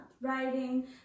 Writing